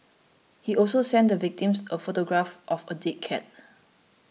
he also sent the victims a photograph of a dead cat